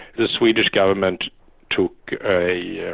the swedish government took a yeah